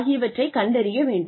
ஆகியவற்றைக் கண்டறிய வேண்டும்